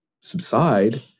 subside